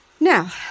Now